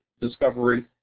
discovery